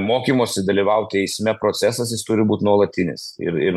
mokymosi dalyvauti eisme procesas jis turi būt nuolatinis ir ir